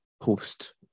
post